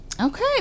Okay